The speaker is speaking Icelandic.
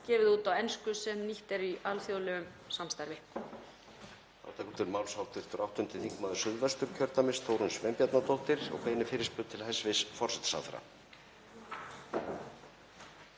gefið út á ensku sem nýtt er í alþjóðlegu samstarfi.